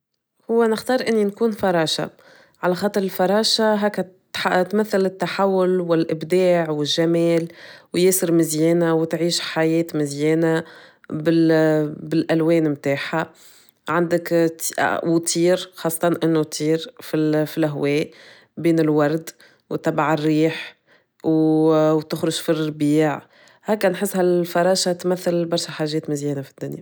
هو نختار إني نكون فراشة على خاطر الفراشة هاكا تح -تمثل التحول والإبداع والجمال وياسر مزيانة وتعيش حياة مزيانة بال- بالالوان متاعها عندك وتطير خاصة انه تطير في الهواء بين الورد وتبع الريح وتخرج في الربيع هكا نحس هالفراشة تمثل برشا حاجات مزيانة في الدنيا.